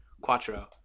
quattro